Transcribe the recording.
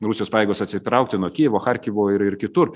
rusijos pajėgos atsitraukti nuo kijevo charkivo ir ir kitur